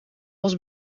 was